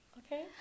okay